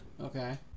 Okay